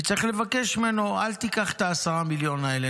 צריך לבקש ממנו: אל תיקח את ה-10 מיליון האלה,